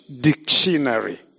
dictionary